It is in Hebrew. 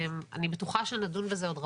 אני בטוחה שנדון בזה עוד רבות,